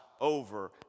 over